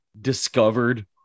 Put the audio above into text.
discovered